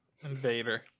invader